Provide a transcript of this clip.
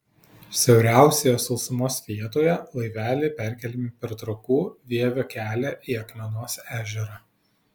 siauriausioje sausumos vietoje laiveliai perkeliami per trakų vievio kelią į akmenos ežerą